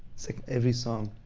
singh every song.